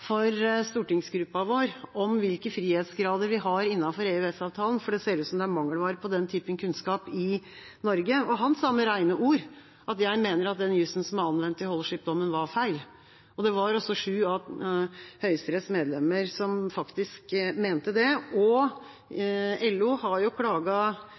for stortingsgruppen vår om hvilke frihetsgrader vi har innenfor EØS-avtalen, for det ser ut som om den typen kunnskap er mangelvare i Norge. Han sa med rene ord at han mente at den jusen som var anvendt i Holiship-dommen, var feil. Det var også sju av Høyesteretts medlemmer som faktisk mente det, og